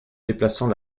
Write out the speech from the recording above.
déplaçant